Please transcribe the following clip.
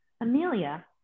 Amelia